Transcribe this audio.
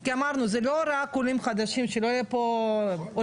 כי אמרנו זה לא רק עולים חדשים שלא יהיה פה עולים